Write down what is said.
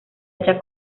hecha